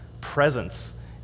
presence